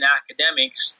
academics